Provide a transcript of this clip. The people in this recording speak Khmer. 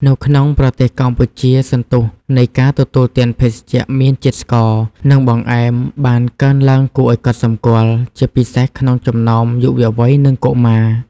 នៅក្នុងប្រទេសកម្ពុជា សន្ទុះនៃការទទួលទានភេសជ្ជៈមានជាតិស្ករ និងបង្អែមបានកើនឡើងគួរឱ្យកត់សម្គាល់ ជាពិសេសក្នុងចំណោមយុវវ័យនិងកុមារ។